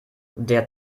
der